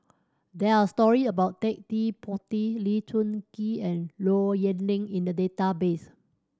there are story about Ted De Ponti Lee Choon Kee and Low Yen Ling in the database